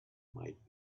might